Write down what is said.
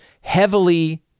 heavily